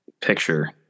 picture